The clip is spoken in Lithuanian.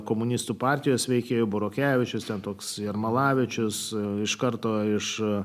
komunistų partijos veikėjo burokevičius ten toks jarmalavičius iš karto iš